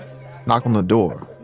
knocked on the door,